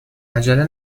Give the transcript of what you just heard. عجله